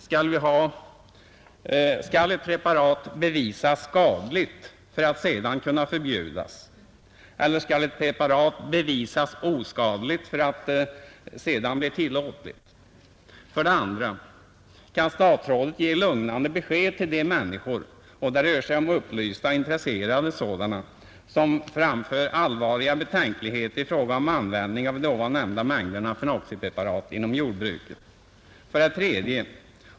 Skall ett preparat bevisas skadligt för att sedan kunna förbjudas eller skall ett preparat bevisas oskadligt för att sedan bli tillåtligt? 2. Kan statsrådet ge lugnande besked till de människor — och det rör sig om intresserade och upplysta sådana — som framför allvarliga betänkligheter i fråga om användning av de ovan nämnda mängderna fenoxisyrepreparat inom jordbruket? 3.